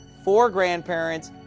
four grandparents,